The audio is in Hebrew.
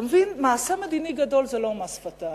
אתה מבין, מעשה מדיני גדול זה לא מס שפתיים.